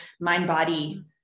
mind-body